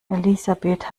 elisabeth